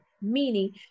meaning